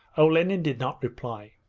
olenin did not reply.